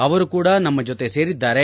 ಅವರು ಕೂಡ ನಮ್ಮ ಜೊತೆ ಸೇರಿದ್ದಾರೆ